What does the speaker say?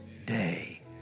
day